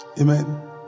Amen